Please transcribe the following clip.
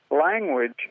language